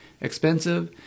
expensive